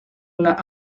una